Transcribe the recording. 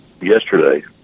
yesterday